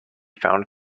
found